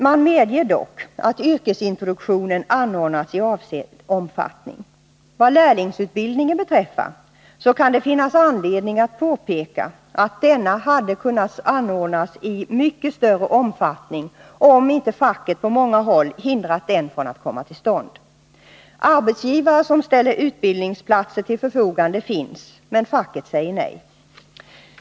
Man medger dock att yrkesintroduktion anordnats i avsedd omfattning. Vad lärlingsutbildningen beträffar så kan det finnas anledning att poängtera att denna hade kunnat anordnas i mycket större omfattning, om inte facket på många håll hindrat den från att komma till stånd. Arbetsgivare som ställer utbildningsplatser till förfogande finns, men facket säger nej.